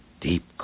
Deep